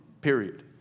period